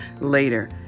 later